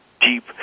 deep